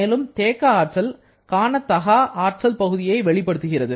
மேலும் தேக்க ஆற்றல் காணத்தகா ஆற்றல் பகுதியை வெளிப்படுத்துகிறது